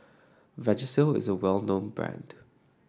Vagisil is a well known brand